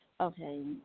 Okay